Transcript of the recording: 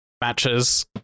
matches